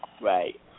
Right